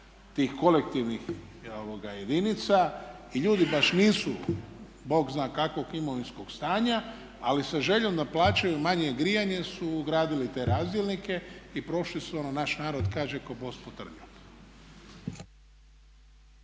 tih kolektivnih jedinica i ljudi baš nisu bog zna kakvog imovinskog stanja. Ali sa željom da plaćaju manje grijanje su ugradili te razdjelnike i prošli su ono naš narod kaže "ko bos po trnju"